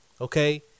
okay